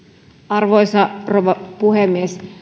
arvoisa rouva puhemies